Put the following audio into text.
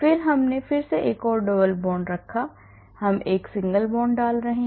फिर हमने फिर से एक double bond रखा और फिर हम एक सिंगल बॉन्ड डाल रहे हैं